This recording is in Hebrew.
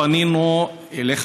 פנינו אליך,